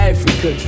Africa